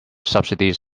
subsidies